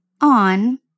on